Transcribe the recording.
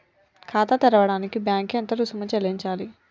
ఖాతా తెరవడానికి బ్యాంక్ కి ఎంత రుసుము చెల్లించాలి?